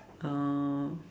oh